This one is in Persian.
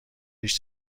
ریش